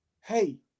hey